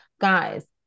guys